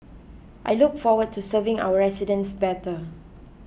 I look forward to serving our residents better